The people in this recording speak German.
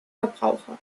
verbraucher